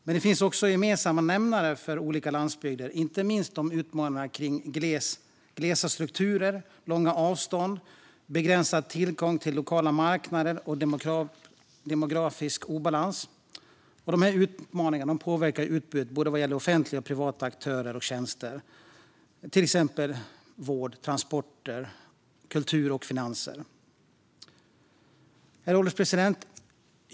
Men det finns också gemensamma nämnare för olika landsbygder, inte minst utmaningar kring glesa strukturer, långa avstånd, begränsad tillgång till lokala marknader och demografisk obalans. Dessa utmaningar påverkar utbudet från offentliga och privata aktörer och tjänster, till exempel vård, transporter, kultur och finanser. Herr ålderspresident!